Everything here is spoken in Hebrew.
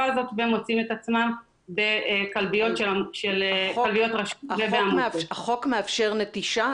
הזאת ומוצאים את עצמם בכלביות רשות --- החוק מאפשר נטישה?